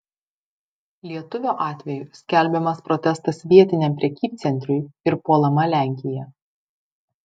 lietuvio atveju skelbiamas protestas vietiniam prekybcentriui ir puolama lenkija